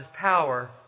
power